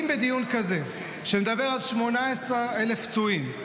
אם בדיון כזה שמדבר על 18,000 פצועים,